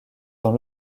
dans